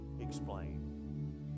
explain